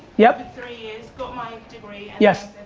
yeah but three years, got my degree yeah